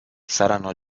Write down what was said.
saranno